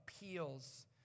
appeals